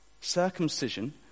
Circumcision